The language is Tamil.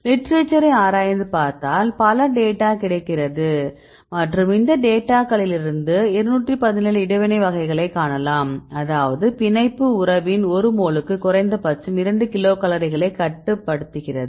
லிட்டரேச்சரை ஆராய்ந்து பார்த்தால் பல டேட்டா கிடைக்கிறது மற்றும் இந்த டேட்டாக்களிலிருந்து 217 இடைவினை வகைகளைக் காணலாம் அதாவது பிணைப்பு உறவின் ஒரு மோலுக்கு குறைந்தபட்சம் 2 கிலோகலோரிகளைக் கட்டுப்படுத்துகிறது